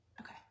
Okay